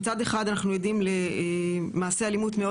מצד אחד אנחנו עדים למעשי אלימות מאוד